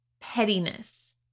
pettiness